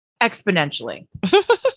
exponentially